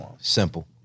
Simple